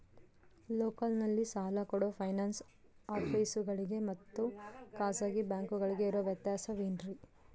ಲೋಕಲ್ನಲ್ಲಿ ಸಾಲ ಕೊಡೋ ಫೈನಾನ್ಸ್ ಆಫೇಸುಗಳಿಗೆ ಮತ್ತಾ ಖಾಸಗಿ ಬ್ಯಾಂಕುಗಳಿಗೆ ಇರೋ ವ್ಯತ್ಯಾಸವೇನ್ರಿ?